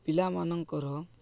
ପିଲାମାନଙ୍କର